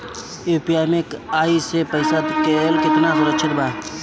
UPI से पईसा देहल केतना सुरक्षित बा?